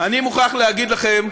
אני מוכרח להגיד לכם,